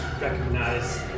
recognize